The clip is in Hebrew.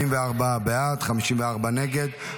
44 בעד, 54 נגד.